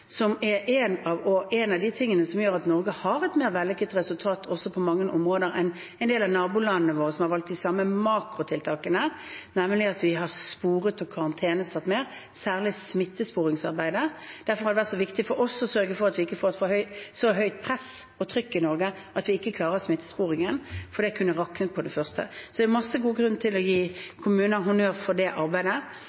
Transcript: er noe av det som gjør at Norge har et mer vellykket resultat på mange områder enn en del av nabolandene våre som har valgt de samme makrotiltakene, nemlig at vi har sporet og karantenesatt mer, særlig smittesporingsarbeidet. Derfor har det vært så viktig for oss å sørge for at vi ikke får et så høyt press og trykk i Norge at vi ikke klarer smittesporingen, for det kunne raknet med det første. Så det er en masse god grunn til å gi